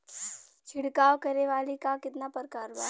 छिड़काव करे वाली क कितना प्रकार बा?